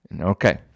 Okay